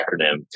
acronym